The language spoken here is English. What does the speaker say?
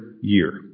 year